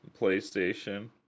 PlayStation